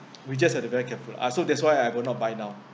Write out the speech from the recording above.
we just have to very careful lah so that's why I will not buy now